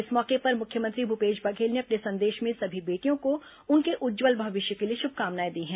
इस मौके पर मुख्यमंत्री भूपेश बघेल ने अपने संदेश में सभी बेटियों को उनके उज्जवल भविष्य के लिए शुभकामनाएं दी हैं